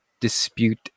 dispute